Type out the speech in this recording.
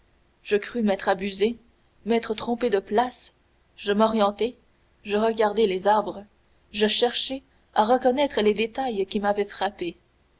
je crus m'être abusé m'être trompé de place je m'orientai je regardai les arbres je cherchai à reconnaître les détails qui m'avaient frappé